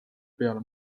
peale